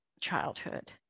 childhood